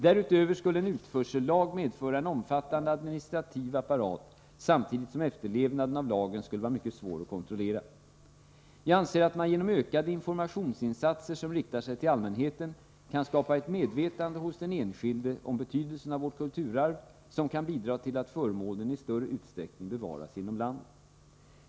Därutöver skulle en utförsellag medföra en omfattande administrativ apparat samtidigt som efterlevnaden av lagen skulle vara mycket svår att kontrollera. Jag anser att man genom ökade informationsinsatser som riktar sig till allmänheten kan skapa ett medvetande hos den enskilde om betydelsen av vårt kulturarv som kan bidra till att föremålen i större utsträckning bevaras inom landet.